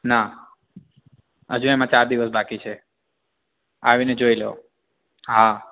ના હજુ એમાં ચાર દિવસ બાકી છે આવીને જોઈ લો હા